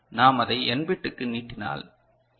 எனவே நாம் அதை n பிட்டுக்கு நீட்டினால் எம்